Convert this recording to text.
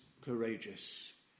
courageous